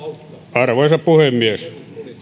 arvoisa puhemies